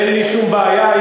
אין לי שום בעיה.